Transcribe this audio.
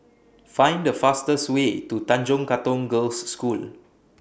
Find The fastest Way to Tanjong Katong Girls' School